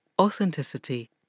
authenticity